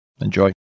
Enjoy